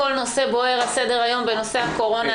כל נושא בוער על סדר-היום בנושא הקורונה,